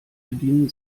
bedienen